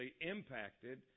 impacted